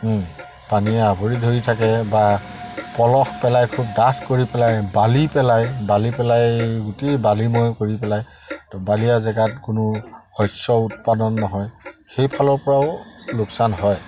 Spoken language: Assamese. পানীয়ে আৱৰি ধৰি থাকে বা পলস পেলায় খুব ডাঠ কৰি পেলায় বালি পেলাই বালি পেলায় গোটেই বালিময় কৰি পেলায় আৰু বালিয়া জেগাত কোনো শস্য উৎপাদন নহয় সেইফালৰ পৰাও লোকচান হয়